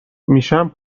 میشم